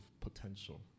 potential